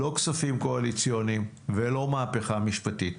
לא כספים קואליציוניים ולא מהפכה המשפטית.